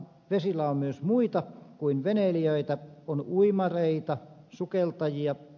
vesillä on myös muita kuin veneilijöitä on uimareita sukeltajia